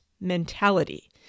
mentality